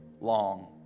long